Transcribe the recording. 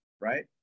right